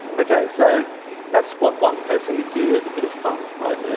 ok. so that's what one person could do as a bit of fun, right? yeah